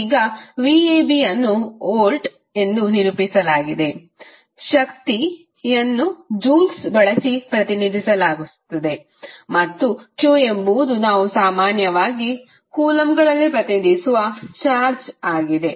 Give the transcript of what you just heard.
ಈಗ vab ಅನ್ನು volt ಎಂದು ನಿರೂಪಿಸಲಾಗಿದೆ ಶಕ್ತಿಯನ್ನು ಜೂಲ್ಸ್ ಬಳಸಿ ಪ್ರತಿನಿಧಿಸಲಾಗುತ್ತದೆ ಮತ್ತು q ಎಂಬುದು ನಾವು ಸಾಮಾನ್ಯವಾಗಿ ಕೂಲಂಬ್ಗಳಲ್ಲಿ ಪ್ರತಿನಿಧಿಸುವ ಚಾರ್ಜ್ ಆಗಿದೆ